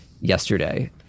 yesterday